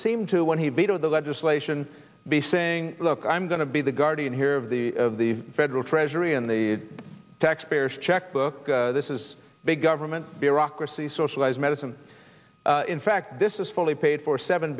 seemed to when he vetoed the legislation be saying look i'm going to be the guardian here of the of the federal treasury and the taxpayers checkbook this is big government bureaucracy socialized medicine in fact this is fully paid for seven